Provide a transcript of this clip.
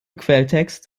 quelltext